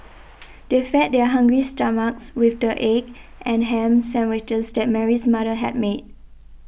they fed their hungry stomachs with the egg and ham sandwiches that Mary's mother had made